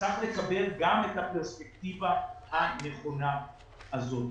צריך לקבל גם את הפרספקטיבה הנכונה הזאת.